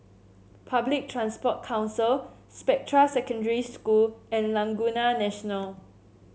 Public Transport Council Spectra Secondary School and Laguna National